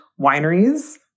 wineries